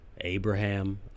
Abraham